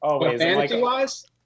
Fantasy-wise